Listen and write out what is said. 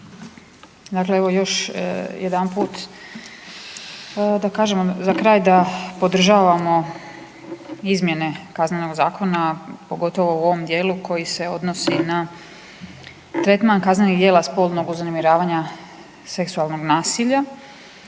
Dakle evo još jedanput da kažem za kraj da podržavamo izmjene Kaznenog zakona, pogotovo u ovom dijelu koji se odnosi na tretman kaznenih djela spolnog uznemiravanja seksualnog nasilja,